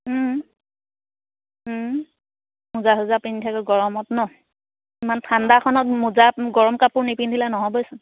মোজা চোজা পিন্ধি থাকে গৰমত ন ইমান ঠাণ্ডাখনত মোজা গৰম কাপোৰ নিপিন্ধিলে নহ'বইচোন